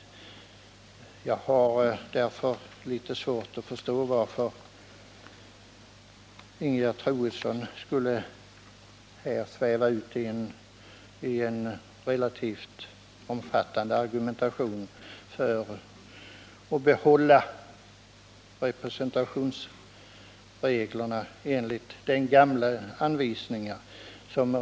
Jag har därför litet svårt att förstå varför Ingegerd Troedsson skulle här sväva ut i en relativt omfattande argumentation för att behålla nuvarande representationsregler.